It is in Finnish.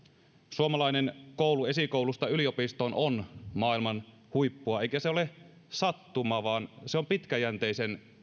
suomalainen koulu esikoulusta yliopistoon on maailman huippua eikä se ole sattuma vaan se on pitkäjänteisen